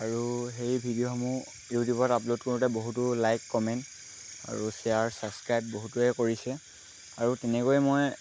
আৰু সেই ভিডিঅ'সমূহ ইউটিউবত আপলোড কৰোঁতে বহুতো লাইক কমেণ্ট আৰু শ্বেয়াৰ ছাবস্ক্ৰাইব বহুতোৱে কৰিছে আৰু তেনেকৈ মই